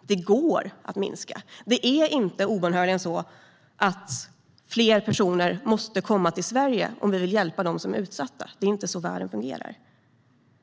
och det går att göra det. Det är inte obönhörligen så att fler personer måste komma till Sverige om vi vill hjälpa dem som är utsatta. Det är inte så världen fungerar.